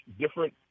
different